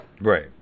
Right